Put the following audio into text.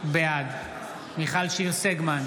בעד מיכל שיר סגמן,